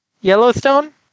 Yellowstone